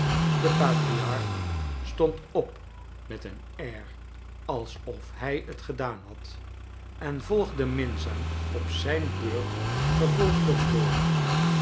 de patriarch stond op met een air alsof hij t gedaan had en volgde minzaam op zijn beurt gevolgd door